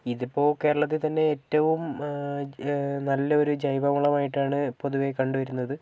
ഇതിപ്പോൾ കേരളത്തിൽ തന്നെ ഏറ്റവും നല്ലൊരു ജൈവവളമായിട്ടാണ് പൊതുവേ കണ്ടുവരുന്നത്